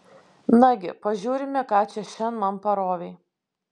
nagi pažiūrime ką čia šian man parovei